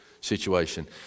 situation